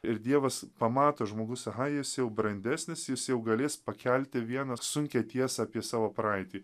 ir dievas pamato žmogus aha jis jau brandesnis jis jau galės pakelti vieną sunkią tiesą apie savo praeitį